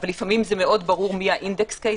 אבל לפעמים זה מאוד ברור מי ה-index case,